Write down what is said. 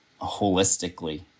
holistically